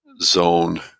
zone